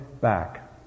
back